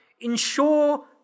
ensure